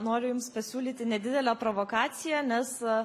noriu jums pasiūlyti nedidelę provokaciją nes